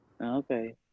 Okay